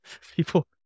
People